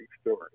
story